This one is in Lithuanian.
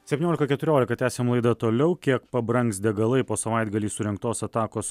septyniolika keturiolika tęsiam laidą toliau kiek pabrangs degalai po savaitgalį surengtos atakos